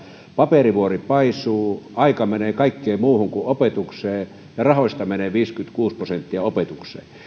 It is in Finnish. paperivuori paisuu aika menee kaikkeen muuhun kuin opetukseen ja rahoista menee viisikymmentäkuusi prosenttia opetukseen minä